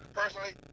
personally